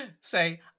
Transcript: say